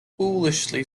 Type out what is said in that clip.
foolishly